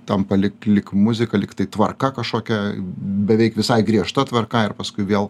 tampa lyg lyg muzika lyg tai tvarka kažkokia beveik visai griežta tvarka ir paskui vėl